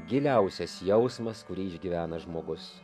giliausias jausmas kurį išgyvena žmogus